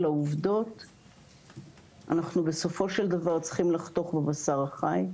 העובדות אנחנו בסופו של דבר צריכים לחתוך בבשר החי,